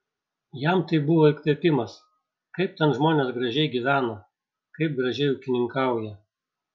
jam tai buvo įkvėpimas kaip ten žmonės gražiai gyvena kaip gražiai ūkininkauja